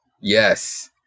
yes